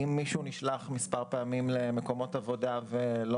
אם מישהו נשלח מספר פעמים למקומות עבודה ולא